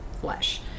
flesh